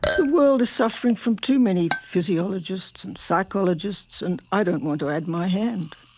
the world is suffering from too many physiologists and psychologists and i don't want to add my hand.